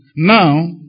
Now